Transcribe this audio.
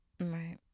Right